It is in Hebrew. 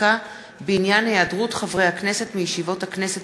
האתיקה בעניין היעדרות חברי הכנסת מישיבות הכנסת